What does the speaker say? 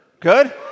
Good